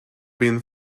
been